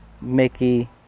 Mickey